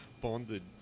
bonded